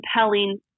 compelling